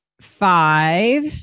five